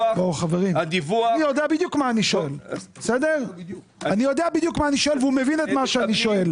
אני יודע בדיוק מה אני שואל והוא מבין בדיוק מה אני שואל.